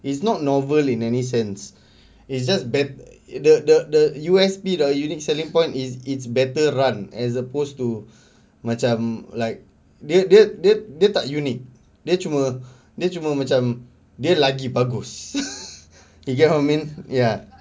it's not novel in any sense it's just bet~ the the U_S_B ah unique selling point is it's better run as opposed to macam like dia dia dia dia tak unik dia cuma dia cuma macam dia lagi bagus you get what I mean ya